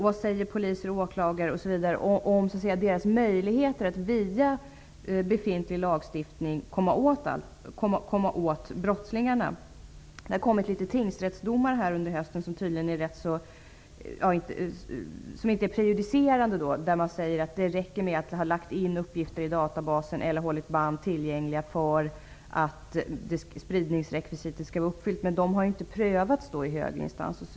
Vad säger polis, åklagare osv. om sina möjligheter att via befintlig lagstiftning komma åt brottslingarna? Det har under hösten kommit en del tingsrättsdomar som inte är prejudicerande. I dem sägs att det räcker med att man har lagt in uppgifter i databasen eller att man har hållit band tillgängliga för att spridningsrekvisitet skall vara uppfyllt. Detta har dock inte prövats i högre instans.